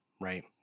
right